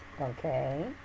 okay